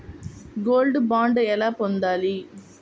Gold bond ఎలా పొందాలి?